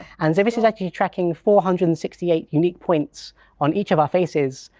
and so this is actually tracking four hundred and sixty eight unique points on each of our faces,